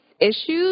issues